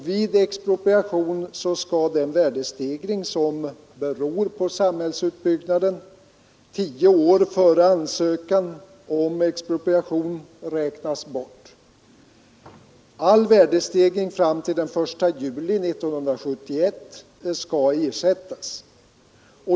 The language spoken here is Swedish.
Vid expropriation skall den värde byggnaden tio år före ingivningen av ansökan om expropriation räknas bort. All värdestegring fram till den 1 juli 1971 skall ersättas.